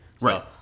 Right